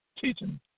teaching